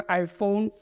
iphone